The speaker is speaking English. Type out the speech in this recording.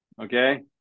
Okay